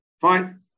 fine